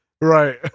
Right